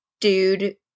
dude